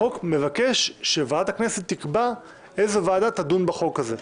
החוק מבקש שוועדת הכנסת תקבע איזו ועדה תדון בחוק הזה.